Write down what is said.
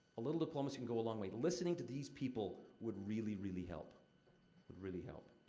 a little diplomacy can go a long way. listening to these people would really, really help. would really help.